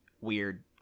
weird